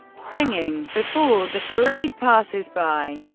singing before the parade passes by.